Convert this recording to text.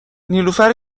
نیلوفر